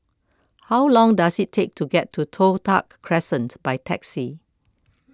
how long does it take to get to Toh Tuck Crescent by taxi